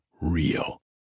real